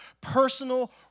personal